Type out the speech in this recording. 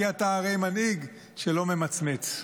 כי אתה הרי מנהיג שלא ממצמץ.